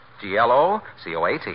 G-L-O-C-O-A-T